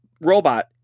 robot